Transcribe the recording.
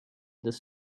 this